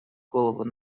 голову